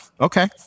Okay